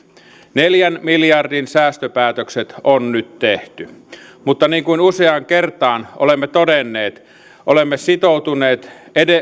neljän miljardin säästöpäätökset on nyt tehty mutta niin kuin useaan kertaan olemme todenneet olemme sitoutuneet